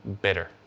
bitter